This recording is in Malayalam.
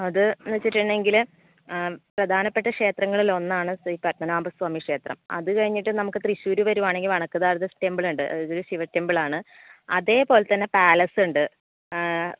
അത് എന്ന് വെച്ചിട്ടുണ്ടെങ്കിൽ പ്രധാനപ്പെട്ട ക്ഷേത്രങ്ങളിലൊന്നാണ് ശ്രീ പത്മനാഭ സ്വാമി ക്ഷേത്രം അത് കഴിഞ്ഞിട്ട് നമുക്ക് തൃശ്ശൂർ വരുവാണെങ്കിൽ നമുക്ക് വടക്കുംനാഥ ടെമ്പിൾ ഉണ്ട് അതൊരു ശിവ ടെമ്പിൾ ആണ് അതേപോലെ തന്നെ പാലസ് ഉണ്ട്